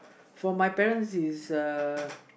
for my parents is uh